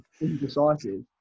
indecisive